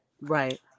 Right